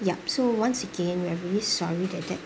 yup so once again we are really sorry that that